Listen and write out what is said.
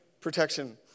protection